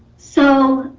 so